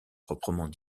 proprement